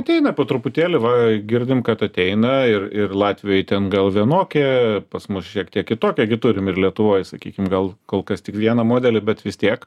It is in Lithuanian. ateina po truputėlį va girdim kad ateina ir ir latvijoj ten gal vienokia pas mus šiek tiek kitokia gi turim ir lietuvoj sakykim gal kol kas tik vieną modelį bet vis tiek